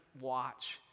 watch